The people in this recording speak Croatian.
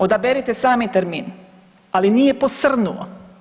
Odaberite sami termin ali nije posrnuo.